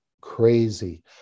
crazy